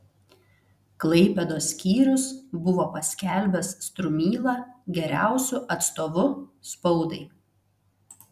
klaipėdos skyrius buvo paskelbęs strumylą geriausiu atstovu spaudai